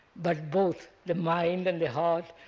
but both the mind and the heart,